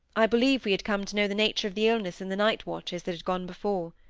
i believe we had come to know the nature of the illness in the night-watches that had gone before.